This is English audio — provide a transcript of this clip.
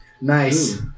Nice